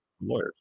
lawyers